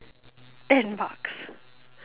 ten bucks